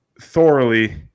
thoroughly